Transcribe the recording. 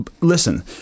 Listen